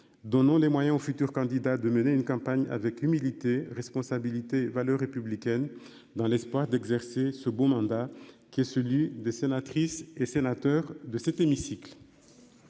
donnant les moyens aux futurs candidats de mener une campagne avec humilité, responsabilité valeurs républicaines dans l'espoir d'exercer ce beau mandat qui est celui des sénatrices et sénateurs de cet hémicycle.--